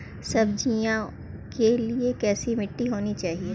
सब्जियों के लिए कैसी मिट्टी होनी चाहिए?